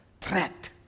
threat